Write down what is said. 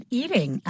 eating